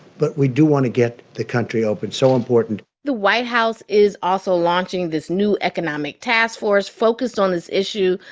but we do want to get the country open. so important the white house is also launching this new economic task force focused on this issue.